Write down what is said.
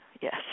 Yes